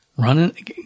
running